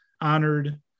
honored